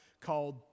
called